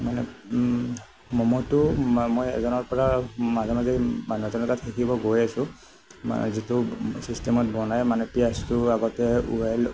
মানে ম'ম'টো ম মই এজনৰ পৰা মাজে মাজে মানুহ এজনৰ তাত শিকিব গৈ আছোঁ যিটো চিষ্টেমত বনাই মানে পিঁয়াজটো আগতে ওহাই লৈ